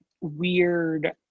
weird